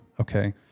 Okay